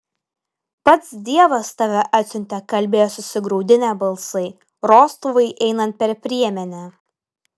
pats dievas tave atsiuntė kalbėjo susigraudinę balsai rostovui einant per priemenę